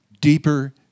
deeper